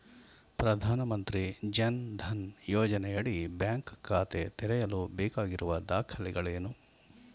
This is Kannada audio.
ಪ್ರಧಾನಮಂತ್ರಿ ಜನ್ ಧನ್ ಯೋಜನೆಯಡಿ ಬ್ಯಾಂಕ್ ಖಾತೆ ತೆರೆಯಲು ಬೇಕಾಗಿರುವ ದಾಖಲೆಗಳೇನು?